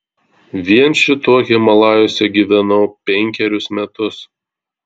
vien šituo himalajuose gyvenau penkerius metus